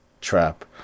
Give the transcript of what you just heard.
trap